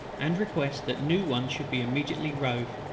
and request that new ones should be immediately rove.